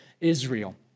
Israel